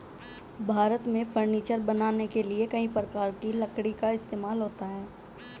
भारत में फर्नीचर बनाने के लिए कई प्रकार की लकड़ी का इस्तेमाल होता है